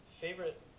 favorite